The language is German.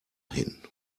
hin